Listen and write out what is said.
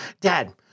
dad